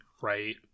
right